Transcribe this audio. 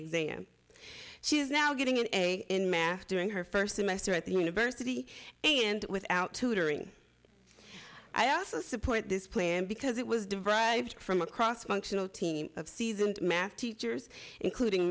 exam she is now getting an a in math during her first semester at the university and without tutoring i also support this plan because it was devised from a cross functional team of seasoned math teachers including